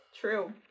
True